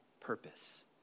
purpose